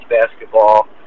basketball